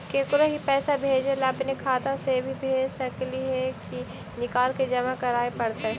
केकरो ही पैसा भेजे ल अपने खाता से ही भेज सकली हे की निकाल के जमा कराए पड़तइ?